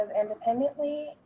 independently